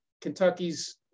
Kentucky's